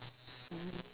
mmhmm